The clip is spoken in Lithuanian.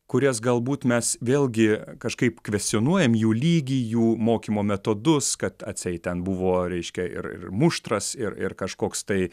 kurias galbūt mes vėlgi kažkaip kvestionuojam jų lygį jų mokymo metodus kad atseit ten buvo reiškia ir ir muštras ir ir kažkoks tai